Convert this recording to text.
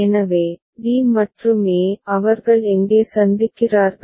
எனவே d மற்றும் a அவர்கள் எங்கே சந்திக்கிறார்கள்